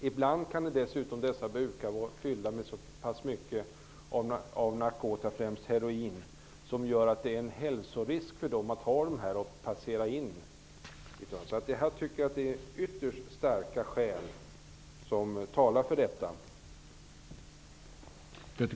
Ibland är det fråga om så mycket narkotika, främst heroin, att det föreligger en hälsorisk. Jag menar alltså att det finns ytterst starka skäl som talar för vad som här föreslagits.